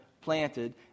planted